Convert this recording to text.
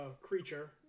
creature